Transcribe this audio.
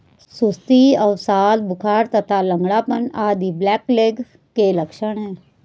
सुस्ती, अवसाद, बुखार तथा लंगड़ापन आदि ब्लैकलेग के लक्षण हैं